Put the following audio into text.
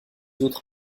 autres